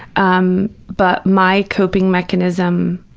um but my coping mechanism